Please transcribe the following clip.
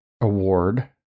Award